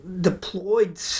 deployed